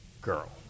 girl